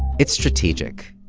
it's strategic,